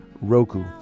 Roku